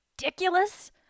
ridiculous